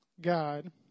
God